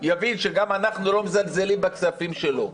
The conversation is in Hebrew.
יבין שגם אנחנו לא מזלזלים בכספים שלו.